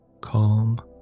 Calm